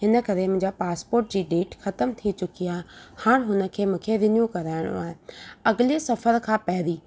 इनकरे मुंहिंजे पासपोट जी डेट ख़तमु थी चुकी आहे हाणे हिनखे मूंखे रिन्यू कराइणो आहे अगिले सफ़र खां पहिरीं